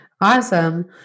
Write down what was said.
Awesome